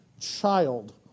child